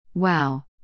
Wow